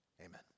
Amen